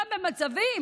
גם במצבים